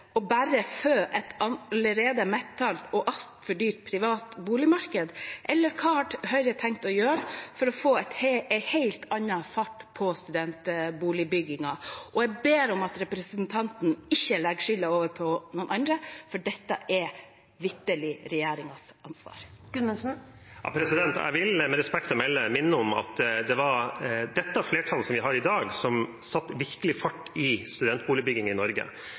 et allerede mettet og altfor dyrt privat boligmarked? Hva har Høyre tenkt å gjøre for å få en helt annen fart på studentboligbyggingen? Jeg ber om at representanten ikke legger skylden over på noen andre, for dette er vitterlig regjeringens ansvar. Jeg vil, med respekt å melde, minne om at det var det flertallet vi har i dag, som virkelig satte fart i studentboligbyggingen i Norge.